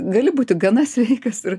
gali būti gana sveikas ir